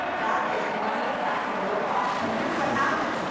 that is money back in your pocket. but here's what happens.